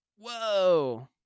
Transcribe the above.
Whoa